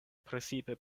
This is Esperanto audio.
precipe